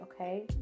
Okay